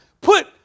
Put